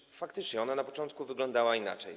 I faktycznie ona na początku wyglądała inaczej.